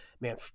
man